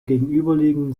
gegenüberliegenden